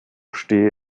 stehe